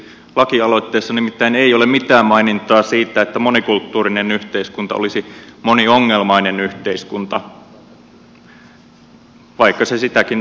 lakialoitteessa nimittäin ei ole mitään mainintaa siitä että monikulttuurinen yhteiskunta olisi moniongelmainen yhteiskunta vaikka se sitäkin